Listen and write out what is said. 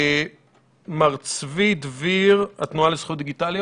מר צבי דביר, התנועה לזכויות דיגיטליות.